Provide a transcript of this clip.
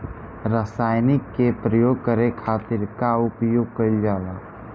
रसायनिक के प्रयोग करे खातिर का उपयोग कईल जाला?